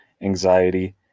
anxiety